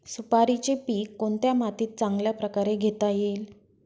सुपारीचे पीक कोणत्या मातीत चांगल्या प्रकारे घेता येईल?